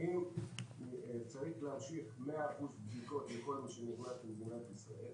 האם צריך להמשיך 100% בדיקות לכל מי שנכנס למדינת ישראל,